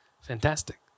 Fantastic